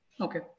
okay